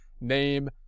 name